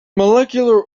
molecular